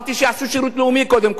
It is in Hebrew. שיעשו שירות לאומי קודם כול,